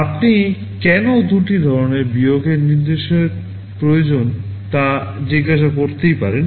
আপনি কেন দুটি ধরণের বিয়োগের নির্দেশের প্রয়োজন তা জিজ্ঞাসা করতে পারেন